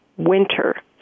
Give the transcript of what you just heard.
Winter